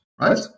right